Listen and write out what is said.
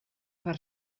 per